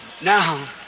Now